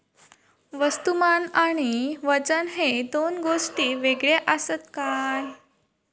वस्तुमान आणि वजन हे दोन गोष्टी वेगळे आसत काय?